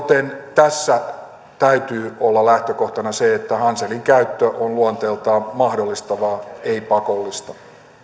tässä täytyy olla lähtökohtana se että hanselin käyttö on luonteeltaan mahdollistavaa ei pakollista